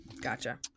Gotcha